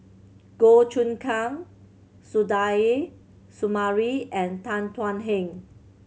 Goh Choon Kang Suzairhe Sumari and Tan Thuan Heng